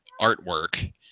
artwork